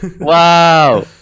Wow